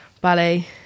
ballet